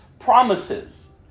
Promises